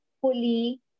fully